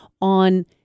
on